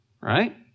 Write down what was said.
right